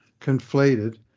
conflated